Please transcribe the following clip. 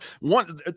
one